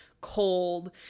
cold